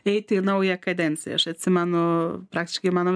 eiti į naują kadenciją aš atsimenu praktiškai mano